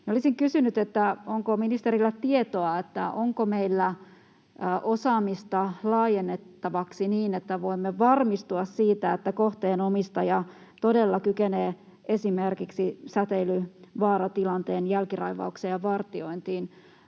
Olisin kysynyt, onko ministerillä tietoa siitä, onko meillä osaamista laajennettavaksi niin, että voimme varmistua siitä, että kohteen omistaja todella kykenee esimerkiksi säteilyvaaratilanteen jälkiraivaukseen ja vartiointiin